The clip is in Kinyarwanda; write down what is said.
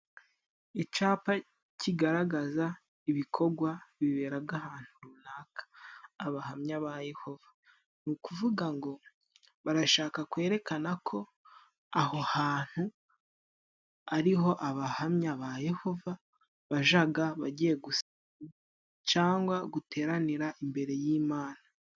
Icyapa kigaragaza ibikogwa biberaga ahantu runaka, abahamya ba Yehova, ni ukuvuga ngo barashaka kwerekana ko aho hantu ari ho abahamya ba Yehova bajaga bagiye cyangwa guteranira imbere y'Imana.